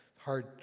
Hard